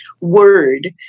word